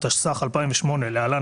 התשס"ח 2008 (להלן,